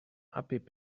app